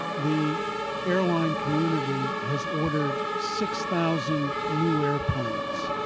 the airline community has ordered six thousand new airplanes.